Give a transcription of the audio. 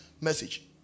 message